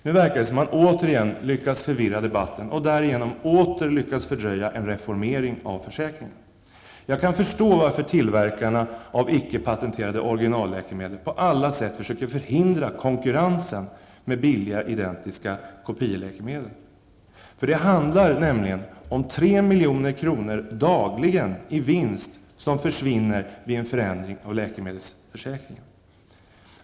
Nu verkar det som om de återigen lyckas förvirra debatten och därigenom åter lyckas fördröja en reformering av försäkringen. Jag kan förstå varför tillverkarna av ickepatenterade originalläkemedel på alla sätt försöker förhindra konkurrensen med billiga, identiska kopieläkemedel. Det handlar nämligen om 3 milj.kr. dagligen i vinst som försvinner vid en förändring av läkemedelsförsäkringen.